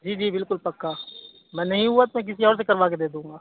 جی جی بالکل پکا میں نہیں ہوا تو کسی اور سے کروا کے دے دوں گا